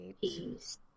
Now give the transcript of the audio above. Peace